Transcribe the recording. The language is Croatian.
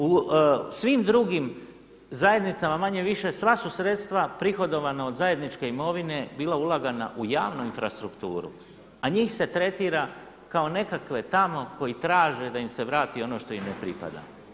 U svim drugim zajednicama manje-više sva su sredstva prihodovana od zajedničke imovine bilo ulagana u javnu infrastrukturu, a njih se tretira kao nekakve tamo koji traže da im se vrati ono što im ne pripada.